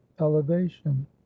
elevation